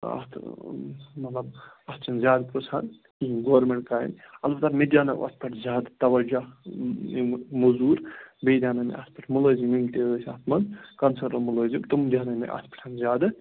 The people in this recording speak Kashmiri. اَتھ مطلب اَتھ چھِنہٕ زیادٕ پرٕٛژھان کِہیٖنٛۍ گورمِنٛٹ کامہِ البتہٕ مےٚ دیٛاوٕناو اَتھ پٮ۪ٹھ زیادٕ تَوجہ یِم موٚزوٗر بیٚیہِ دیٛانو اَتھ پٮ۪ٹھ مُلٲزِم یِم تہِ ٲسۍ اَتھ منٛز کَنسٲرٕن مُلٲزِم تِم دیٛاوناو مےٚ اَتھ پٮ۪ٹھ زیادٕ